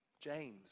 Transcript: James